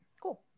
Cool